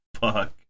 fuck